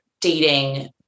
dating